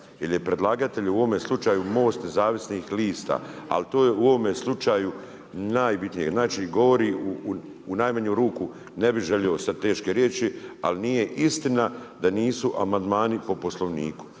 Jer je predlagatelj u ovome slučaju, MOST nezavisnih lista a to je u ovome slučaju najbitnije. Znači, govori u najmanju ruku, ne bi želio sad teške riječi, ali nije istina da nisu amandmani po Poslovniku,